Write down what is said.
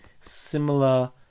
similar